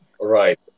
Right